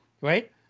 right